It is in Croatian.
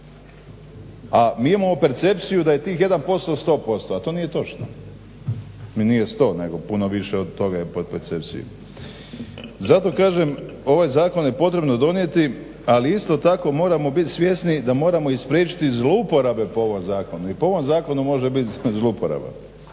A mi imamo percepciju da je tih 1% 100% a to nije točno. Nije 100, puno više od toga je po percepciji. Zato kažem ovaj zakon je potrebno donijeti ali isto tako moramo biti svjesni da moramo i spriječiti i zlouporabe po ovom zakonu. I po ovom zakonu može biti zlouporabe.